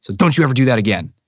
so don't you ever do that again.